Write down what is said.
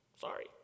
sorry